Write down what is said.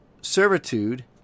servitude